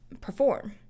perform